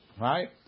right